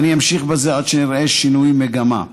ואני אמשיך בזה עד שנראה שינוי מגמה.